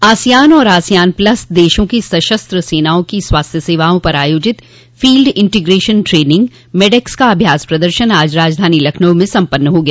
ASEAN और ASEAN plus देशों की सशस्त्र सेनाओं की स्वास्थ्य सेवाओं पर आयोजित फील्ड इंटीग्रेशन ट्रेनिंग मेडेक्स का अभ्यास प्रदर्शन आज राजधानी लखनऊ में सम्पन्न हो गया